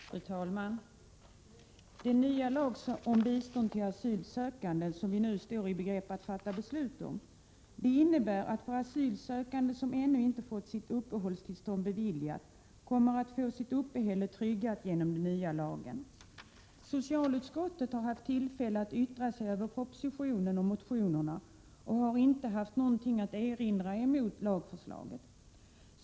Fru talman! Den nya lag om bistånd till asylsökande som vi nu står i begrepp att fatta beslut om innebär att asylsökande som ännu inte fått sitt uppehållstillstånd beviljat kommer att få sitt uppehälle tryggat. Socialutskottet har haft tillfälle att yttra sig över propositionen och motionerna och har inte haft något att erinra mot lagförslaget.